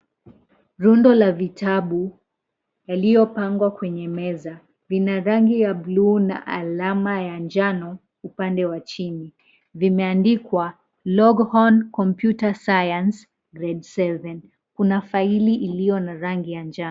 Rundo la vitabu yaliyopangwa kwenye meza vina rangi ya bluu na alama ya njano upande wa chini. Vimeandikwa, "Longhorn Computer Science Grade Seven". Kuna faili iliyo na rangi ya njano.